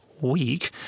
week